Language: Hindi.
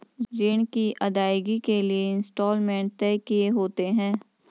ऋण की अदायगी के लिए इंस्टॉलमेंट तय किए होते हैं